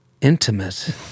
intimate